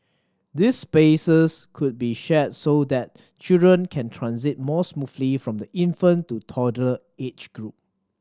these spaces could be shared so that children can transit more smoothly from the infant to toddler age group